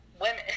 women